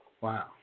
Wow